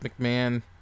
McMahon